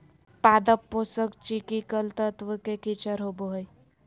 पादप पोषक चिकिकल तत्व के किचर होबो हइ